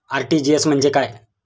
RTGS म्हणजे काय?